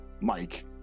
Mike